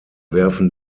werfen